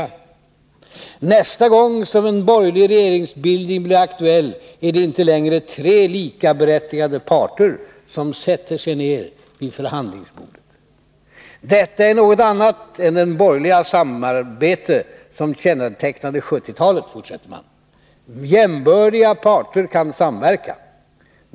Man fortsätter: ”Nästa gång som en borgerlig regeringsbildning blir aktuell, är det inte längre tre likaberättigade parter som sätter sig ned kring förhandlingsbordet. ——— Detta är något annat än den borgerliga samverkan som kännetecknade 70-talet. Jämbördiga parter kan samverka.